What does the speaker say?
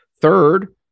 Third